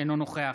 אינו נוכח